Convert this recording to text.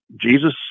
Jesus